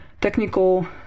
technical